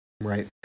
Right